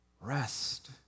rest